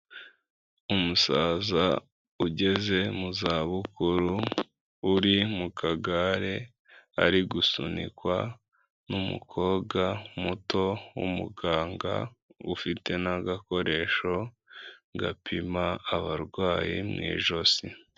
Umusaza ugeze mu zabukuru uri mu kagare ari gusunikwa n'umukobwa muto w'umuganga ufite n'agakoresho gapima abarwayi mu ijosi.